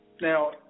Now